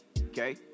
okay